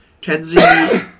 Kenzie